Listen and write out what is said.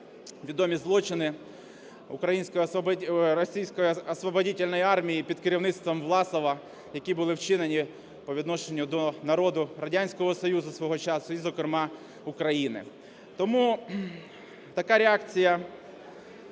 відомі злочини Российской освободительной армии під керівництвом Власова, які були вчинені по відношенню до народу Радянського Союзу свого часу і, зокрема, України. Тому така реакція